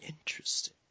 interesting